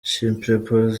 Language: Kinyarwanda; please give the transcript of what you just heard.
chimpreports